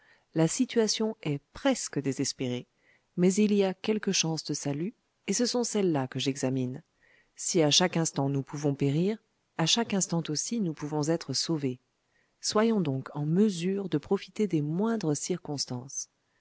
la situation est presque désespérée mais il y a quelques chances de salut et ce sont celles-là que j'examine si à chaque instant nous pouvons périr à chaque instant aussi nous pouvons être sauvés soyons donc on mesure de profiter des moindres circonstances